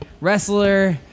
wrestler